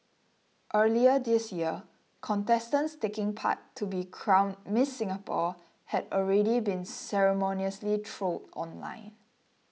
earlier this year contestants taking part to be crowned Miss Singapore had already been ceremoniously trolled online